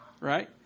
right